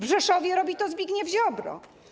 W Rzeszowie robi to Zbigniew Ziobro.